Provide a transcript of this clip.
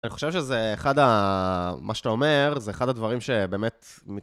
אני חושב שזה אחד, מה שאתה אומר, זה אחד הדברים שבאמת...